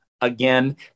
again